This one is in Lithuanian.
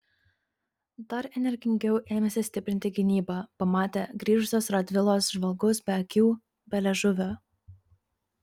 dar energingiau ėmėsi stiprinti gynybą pamatę grįžusius radvilos žvalgus be akių be liežuvio